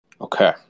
okay